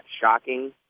shocking